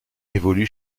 évolue